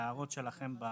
בהערות שלכם,